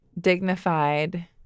dignified